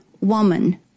woman